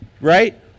right